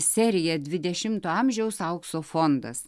seriją dvidešimto amžiaus aukso fondas